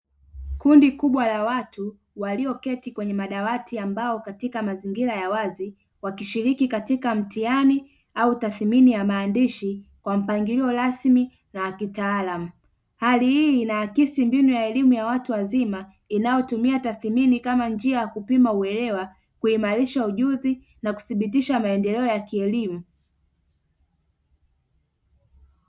Kundi kubwa la watu walioketi kwenye madawati ya mbao katika mazingira ya wazi wakishirikii katika mtihani au tathimini ya maandishi kwa mpangilio rasmi na kitaalamu, hali hii inaakisi mbinu ya elimu ya watu wazima inayotumia tathimini kama njia ya kupima uelewa, kuimalisha ujuzi na kuthibitisha maendeleo ya kielimu.